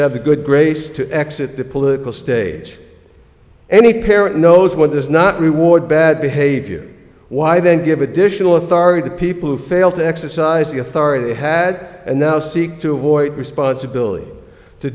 have the good grace to exit the political stage any parent knows what does not reward bad behavior why then give additional authority to people who fail to exercise the authority they had and now seek to avoid responsibility to